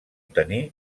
tenir